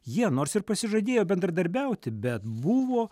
jie nors ir pasižadėjo bendradarbiauti bet buvo